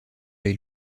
les